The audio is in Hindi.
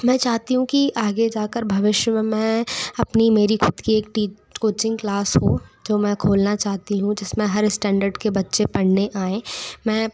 मैं चाहती हूँ कि आगे जा कर भविष्य में मैं अपनी मेरी ख़ुद की एक टी कोचिंग क्लास हो जो मैं खोलना चाहती हूँ जिसमें हर स्टैंडर्ड के बच्चे पढ़ने आएँ मैं